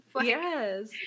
yes